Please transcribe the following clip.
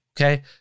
okay